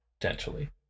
potentially